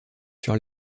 sur